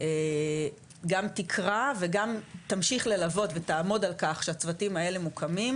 גם תקרא וגם תמשיך ללוות ותעמוד על כך שהצוותים האלה מוקמים,